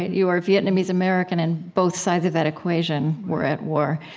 you are vietnamese american, and both sides of that equation were at war.